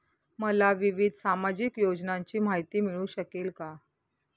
मला विविध सामाजिक योजनांची माहिती मिळू शकेल का?